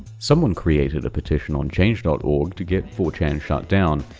someone created a petition on change dot org to get four chan shut down.